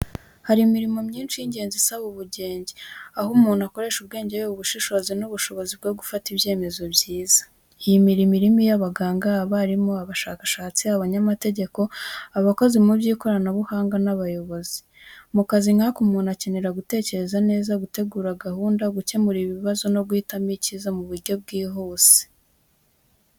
Hari imirimo myinshi y’ingenzi isaba ubugenge, aho umuntu akoresha ubwenge, ubushishozi n’ubushobozi bwo gufata ibyemezo byiza. Iyi mirimo irimo iy’abaganga, abarimu, abashakashatsi, abanyamategeko, abakozi mu by’ikoranabuhanga n’abayobozi. Mu kazi nk’aka, umuntu akenera gutekereza neza, gutegura gahunda, gukemura ibibazo no guhitamo icyiza mu buryo bwihuse.